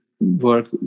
work